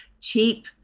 cheap